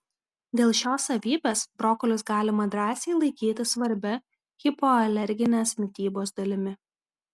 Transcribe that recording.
dėl šios savybės brokolius galima drąsiai laikyti svarbia hipoalerginės mitybos dalimi